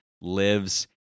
lives